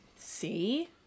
See